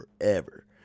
forever